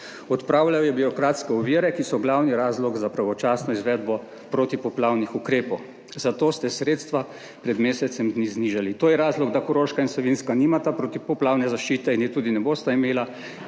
Odpravljal je birokratske ovire, ki so glavni razlog za pravočasno izvedbo protipoplavnih ukrepov. Zato ste sredstva pred mesecem dni znižali. To je razlog, da Koroška in Savinjska nimata protipoplavne zaščite, in je tudi ne bosta imeli,